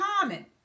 common